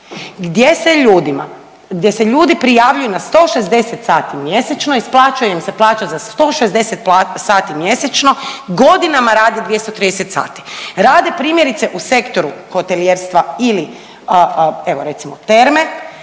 gdje se ljudi prijavljuju na 160 sati mjesečno, isplaćuje im se plaća za 160 sati mjesečno godinama rade 230 sati. Rade primjerice u sektoru hotelijerstva ili evo